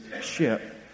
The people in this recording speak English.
ship